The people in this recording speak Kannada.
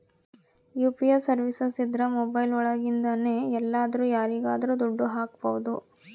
ಯು.ಪಿ.ಐ ಸರ್ವೀಸಸ್ ಇದ್ರ ಮೊಬೈಲ್ ಒಳಗಿಂದನೆ ಎಲ್ಲಾದ್ರೂ ಯಾರಿಗಾದ್ರೂ ದುಡ್ಡು ಹಕ್ಬೋದು